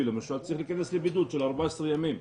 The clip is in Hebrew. ואז אתה צריך להיכנס לבידוד של 14 ימים,